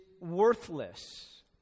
worthless